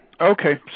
okay